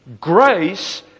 grace